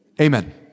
Amen